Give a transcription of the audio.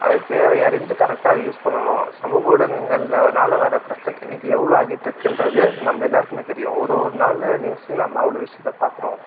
அது தேவை அறிஞ்சு கரெக்டாக யூஸ் பண்ணணும் சமூக ஊடகங்கள்லனால் வர பிரச்சனை இன்றைக்கு எவ்வளோ ஆகிட்டிருக்கின்றது நம்ம எல்லாேருக்குமே தெரியும் ஒரு ஒரு நாள் நியூஸ்லேயும் நம்ம அவ்வளோ விஷயத்தை பார்க்குறோம்